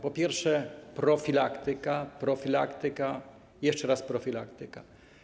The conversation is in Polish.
Po pierwsze, profilaktyka, profilaktyka i jeszcze raz profilaktyka.